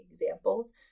examples